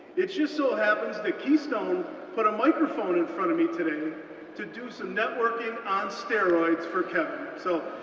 it just so happens that keystone put a microphone in front of me today to do some networking on steroids for kevin, so,